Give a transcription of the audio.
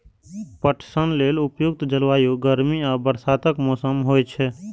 पटसन लेल उपयुक्त जलवायु गर्मी आ बरसातक मौसम होइ छै